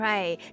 Right